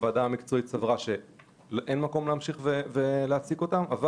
הוועדה המקצועית סברה שאין מקום להמשיך בהעסקתם אבל